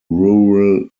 rural